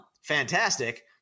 fantastic